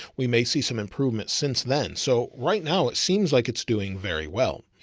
we may see some improvement since then. so right now it seems like it's doing very well.